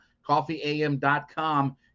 coffeeam.com